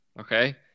Okay